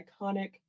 iconic